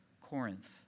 Corinth